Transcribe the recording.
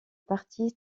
parti